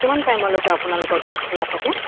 কিমান টাইমলৈকে আপোনালোকৰ তাত খোলা থাকে